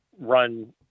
run